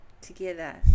together